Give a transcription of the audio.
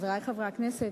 חברי חברי הכנסת,